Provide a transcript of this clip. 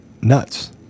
nuts